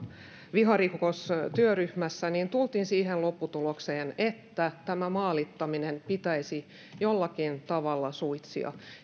viharikostyöryhmässä tultiin siihen lopputulokseen että tämä maalittaminen pitäisi jollakin tavalla suitsia